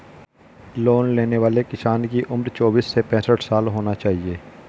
loan लेने वाले किसान की उम्र चौबीस से पैंसठ साल होना चाहिए